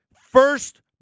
first